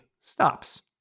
stops